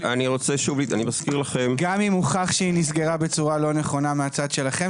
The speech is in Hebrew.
גם אם הוכח שהיא נסגרה בצורה לא נכונה מהצד שלכם?